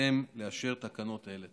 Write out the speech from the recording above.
אבקש לאשר תקנות אלה.